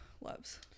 loves